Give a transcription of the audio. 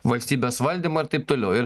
valstybės valdymą ir taip toliau ir